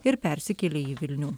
ir persikėlė į vilnių